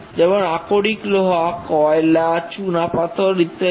যেমন আকরিক লোহা কয়লা চুনাপাথর ইত্যাদি